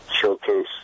showcase